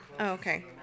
okay